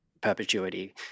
perpetuity